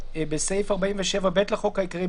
"תיקון סעיף 47 4. בסעיף 47(ב) לחוק העיקרי,